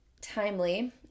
timely